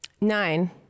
Nine